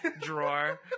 drawer